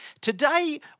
Today